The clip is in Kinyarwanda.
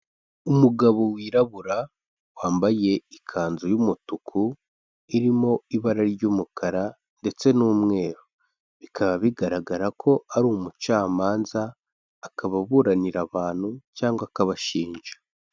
Umugabo wirabura wambaye ikanzu y'umutuku irimo ibara ry'umukara ndetse n'umweru, bikaba bigaragara ko ari umucamanza akaba aburanira abantu cyangwa akabashinja.